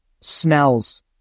smells